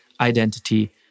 identity